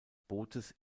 bootes